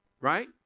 right